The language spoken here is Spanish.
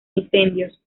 incendios